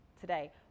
today